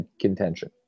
contention